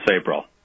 April